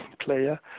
player